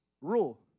rule